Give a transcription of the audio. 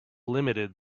limited